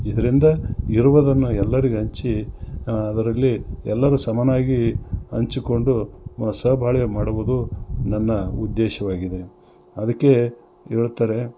ಇದರಿಂದ ಇರುವುದನ್ನು ಎಲ್ಲರಿಗೆ ಹಂಚಿ ಅದರಲ್ಲಿ ಎಲ್ಲರು ಸಮನಾಗಿ ಹಂಚಿಕೊಂಡು ಸಬಾಳ್ವೆ ಮಾಡಬೌದು ನನ್ನ ಉದ್ದೇಶವಾಗಿದೆ ಅದಕ್ಕೆ ಹೇಳ್ತಾರೆ